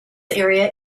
area